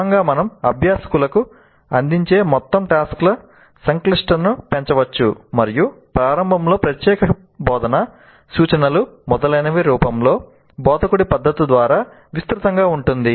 క్రమంగా మనం అభ్యాసకులకు అందించే మొత్తం టాస్క్స్ ల సంక్లిష్టతను పెంచవచ్చు మరియు ప్రారంభంలో ప్రత్యక్ష బోధన సూచనలు మొదలైన రూపంలో బోధకుడి మద్దతు చాలా విస్తృతంగా ఉంటుంది